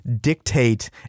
dictate